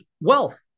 wealth